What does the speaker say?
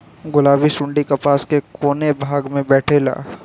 गुलाबी सुंडी कपास के कौने भाग में बैठे ला?